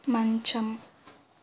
మంచం